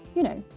you know,